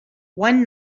one